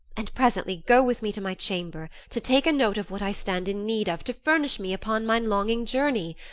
and presently go with me to my chamber, to take a note of what i stand in need of to furnish me upon my longing journey.